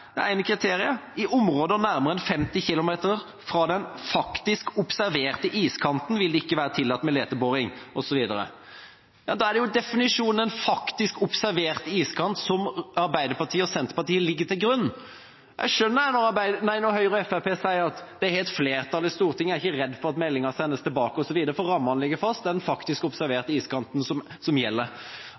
der? Det ene kriteriet er: «I områder nærmere enn 50 km fra den faktiske/observerte iskanten vil det ikke være tillatt med leteboring » Da er det jo definisjonen «faktisk observert iskant» Arbeiderpartiet og Senterpartiet legger til grunn. Jeg skjønner det når Høyre og Fremskrittspartiet sier at de har et flertall i Stortinget og ikke er redde for at meldinga sendes tilbake, osv., for rammene ligger jo fast, det er den faktisk observerte iskanten som gjelder. Det er egentlig en mer radikal definisjon enn det som